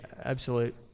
absolute